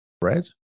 bread